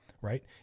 right